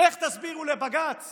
איך תסבירו לבג"ץ